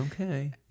okay